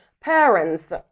parents